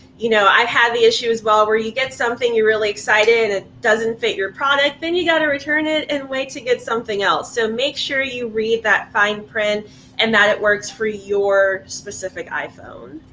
you know, i had the issue as well, where you get something you really excited and it doesn't fit your product, then you gotta return it and wait to get something else. so make sure you read that fine print and that it works for your specific iphone.